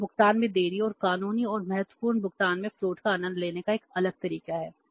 तो यह भुगतान में देरी और कानूनी और महत्वपूर्ण भुगतान में फ्लोट का आनंद लेने का एक अलग तरीका है